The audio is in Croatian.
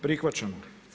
Prihvaćamo.